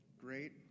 great